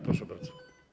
Proszę bardzo.